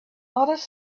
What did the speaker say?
others